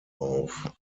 auf